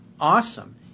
awesome